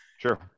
Sure